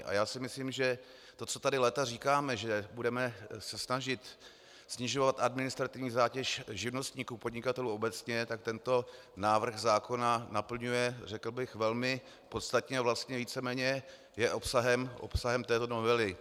A já si myslím, že to, co tady léta říkáme, že se budeme snažit snižovat administrativní zátěž živnostníků, podnikatelů obecně, tak tento návrh zákona naplňuje, řekl bych, velmi podstatně, vlastně víceméně je obsahem této novely.